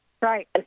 right